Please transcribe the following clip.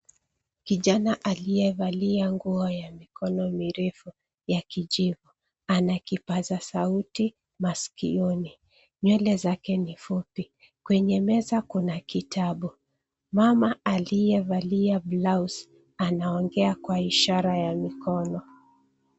Kijani aliyevalia nguo ya mikono mirefu ya kijivu ana kipaza sauti maskioni. Nywele zake ni fupi, kwenye meza kuna kitabu. Mama aliyevalia blaus anaongea kwa ishara ya mikono.